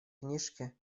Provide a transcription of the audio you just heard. книжке